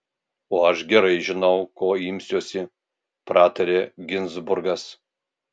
o aš gerai žinau ko imsiuosi pratarė ginzburgas